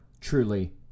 truly